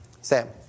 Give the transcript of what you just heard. Sam